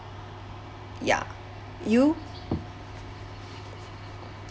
ya you